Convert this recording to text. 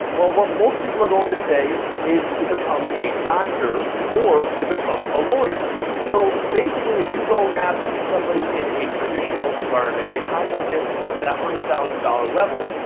well, what most people are going to say is to become a doctor or to become a lawyer. so basically if you go ask somebody in a traditional environment, hey, how do i get to that one hundred thousand dollars level?